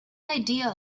idea